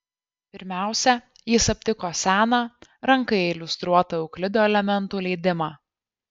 pirmiausia jis aptiko seną ranka iliustruotą euklido elementų leidimą